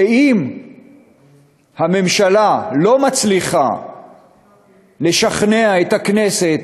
שאם הממשלה לא מצליחה לשכנע את הכנסת